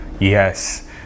Yes